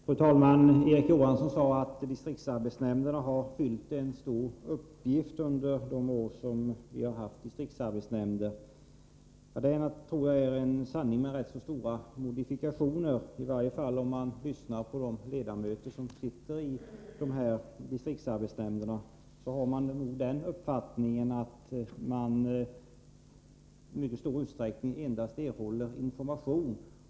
Fru talman! Erik Johansson sade att distriktsarbetsnämnderna har fyllt en stor uppgift under de år som vi har haft distriktsarbetsnämnder. Det tror jag är en sanning med rätt stora modifikationer. Om man lyssnar till de ledamöter som sitter i distriktsarbetsnämnderna, får man den uppfattningen att de i mycket stor utsträckning endast erhåller information.